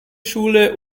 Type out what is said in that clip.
schule